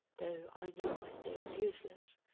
though i knew my stay was useless,